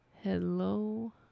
Hello